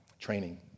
training